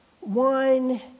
one